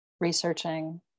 researching